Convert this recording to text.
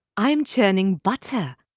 i am churning butter.